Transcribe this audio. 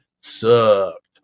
sucked